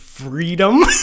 Freedom